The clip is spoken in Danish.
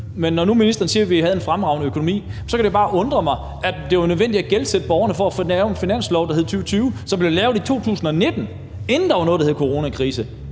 men når nu ministeren siger, at vi havde en fremragende økonomi, kan det bare undre mig, at det var nødvendigt at gældsætte borgerne for at få lavet en finanslov, der hed 2020, og som blev lavet i 2019, inden der var noget, der hed coronakrise.